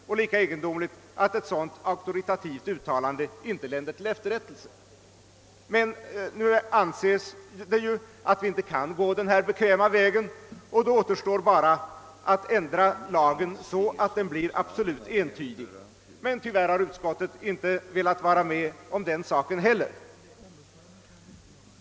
Lika egendomligt är det att ett sådant auktoritativt uttalande inte länder till efterrättelse. Men nu anses att vi inte kan gå den här bekväma vägen och då återstår det bara att ändra lagen så att den blir absolut entydig. Tyvärr har utskottet inte velat vara med om den saken heller.